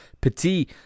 Petit